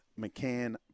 McCann